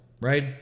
right